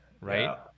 right